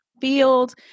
field